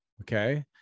okay